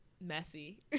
messy